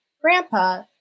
grandpa